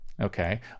Okay